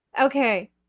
Okay